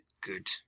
good